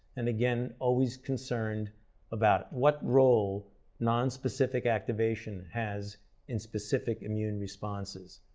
and again, always concerned about what role non-specific activation has in specific immune responses.